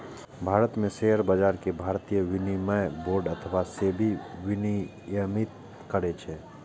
भारत मे शेयर बाजार कें भारतीय विनिमय बोर्ड अथवा सेबी विनियमित करै छै